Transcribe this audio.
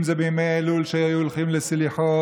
אם זה בימי אלול שהיו הולכים לסליחות,